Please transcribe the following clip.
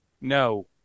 No